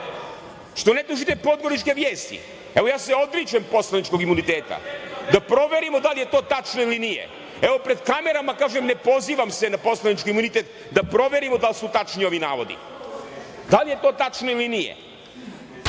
Što ne tužite podgoričke Vijesti? Evo ja se odričem poslaničkog imuniteta, da proverimo da li je to tačno ili nije. Evo pred kamerama kažem ne pozivam se na poslanički imunitet da proverimo da li tu tačni ovi navodi. Da li je to tačno ili nije? Da